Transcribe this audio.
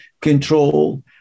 control